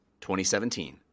2017